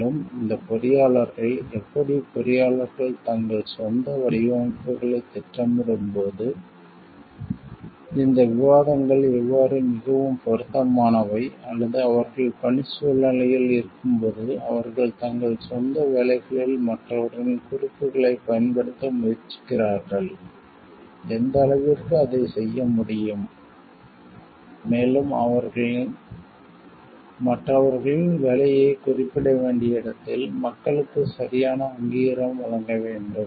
மேலும் இந்த பொறியாளர்கள் எப்படி பொறியாளர்கள் தங்கள் சொந்த வடிவமைப்புகளைத் திட்டமிடும்போது இந்த விவாதங்கள் எவ்வாறு மிகவும் பொருத்தமானவை அல்லது அவர்கள் பணிச் சூழ்நிலையில் இருக்கும்போது அவர்கள் தங்கள் சொந்த வேலைகளில் மற்றவர்களின் குறிப்புகளைப் பயன்படுத்த முயற்சிக்கிறார்கள் எந்த அளவிற்கு அதைச் செய்ய முடியும் மேலும் அவர்கள் மற்றவர்களின் வேலையைக் குறிப்பிட வேண்டிய இடத்தில் மக்களுக்கு சரியான அங்கீகாரம் வழங்க வேண்டும்